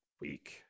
week